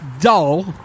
dull